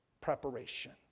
preparation